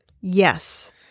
Yes